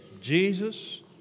Jesus